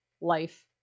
life